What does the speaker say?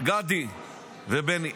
גדי ובני.